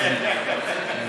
אומר.